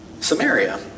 Samaria